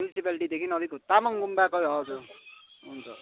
म्युनिसिप्यालिटीदेखि अलिक उ तामाङ गुम्बाको हजुर